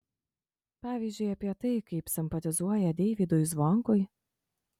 pavyzdžiui apie tai kaip simpatizuoja deivydui zvonkui